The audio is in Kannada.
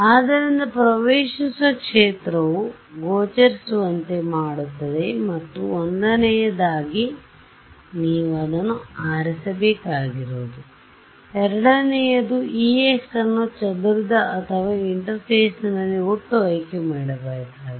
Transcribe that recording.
ಆದ್ದರಿಂದ ಪ್ರವೇಶಿಸುವ ಕ್ಷೇತ್ರವು ಗೋಚರಿಸುವಂತೆ ಮಾಡುತ್ತದೆ ಮತ್ತು ಒಂದನೆಯದಾಗಿ ನೀವು ಅದನ್ನು ಆರಿಸಬೇಕಾಗಿರುವುದು ಎರಡನೆಯದು Ex ಅನ್ನು ಚದುರಿದ ಅಥವಾ ಇಂಟರ್ಫೇಸ್ನಲ್ಲಿ ಒಟ್ಟು ಆಯ್ಕೆ ಮಾಡಬೇಕಾಗಿದೆ